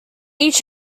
each